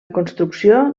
construcció